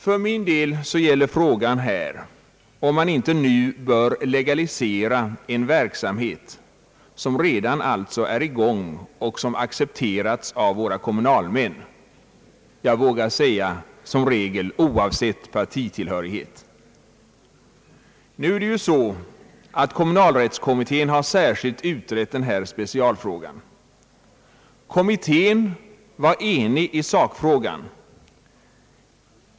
För min del gäller frågan om man inte nu bör legalisera en verksamhet som alltså redan är i gång och som accepterats av våra kommunalmän — jag vågar säga i regel oavsett partitillhörighet. Kommunalrättskommittén har särskilt utrett denna specialfråga. Kommitten var enig i sakfrågan.